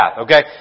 okay